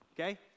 okay